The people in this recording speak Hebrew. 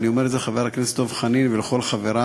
ואני אומר את זה לחבר הכנסת דב חנין ולכל חברי,